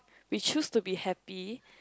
we choose to be happy